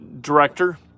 director